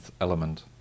element